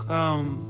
Come